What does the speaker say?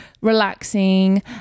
relaxing